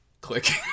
Click